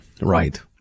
Right